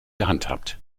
gehandhabt